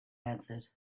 answered